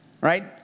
Right